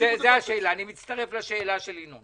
שיניחו את